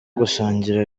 gusangira